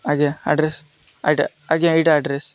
ଆଜ୍ଞା ଆଡ୍ରେସ୍ ଆଇଟା ଆଜ୍ଞା ଏଇଟା ଆଡ୍ରେସ୍